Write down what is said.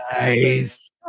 nice